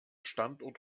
standort